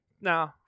no